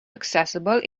accessible